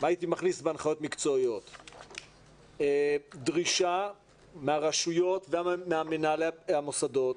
הייתי מכניס בהנחיות מקצועיות דרישה מהרשויות וממנהלי המוסדות